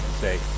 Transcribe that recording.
say